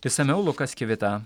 išsamiau lukas kivita